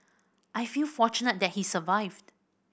I feel fortunate that he survived